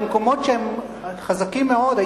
במקומות שהם חזקים מאוד,